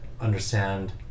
understand